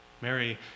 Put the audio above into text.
Mary